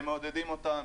הם מעודדים אותם,